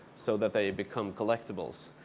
so that they become collectibles.